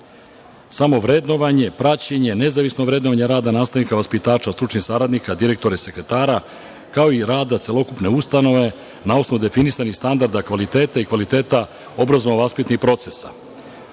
samovrednovanje, praćenje, nezavisno vrednovanje rada nastavnika, vaspitača, stručnih saradnika, direktora i sekretara, kao i rada celokupne ustanove na osnovu definisanih standarda kvaliteta i kvaliteta obrazovno-vaspitnih